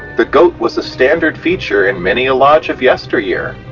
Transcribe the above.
the goat was a standard feature in many a lodge of yesteryear.